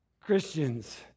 Christians